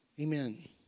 Amen